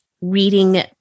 reading